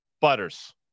Butters